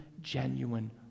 genuine